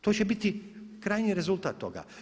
To će biti krajnji rezultat toga.